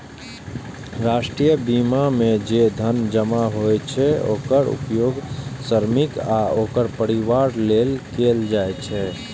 राष्ट्रीय बीमा मे जे धन जमा होइ छै, ओकर उपयोग श्रमिक आ ओकर परिवार लेल कैल जाइ छै